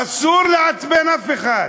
אסור לעצבן אף אחד.